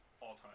All-time